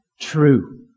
true